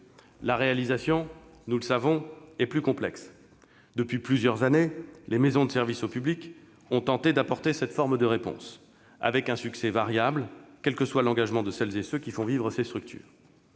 La réalisation, nous le savons, est plus complexe : depuis plusieurs années, les maisons de service au public ont tenté d'apporter cette forme de réponse, avec un succès variable, quel que soit l'engagement de celles et ceux qui font vivre ces structures.